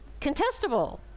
contestable